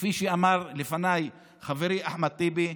כפי שאמר לפניי חברי אחמד טיבי: